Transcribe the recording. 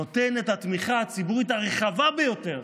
נותן את התמיכה הציבורית הרחבה ביותר